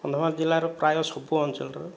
କନ୍ଧମାଳ ଜିଲ୍ଲାର ପ୍ରାୟ ସବୁ ଅଞ୍ଚଳରେ